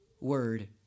word